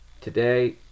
today